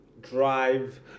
drive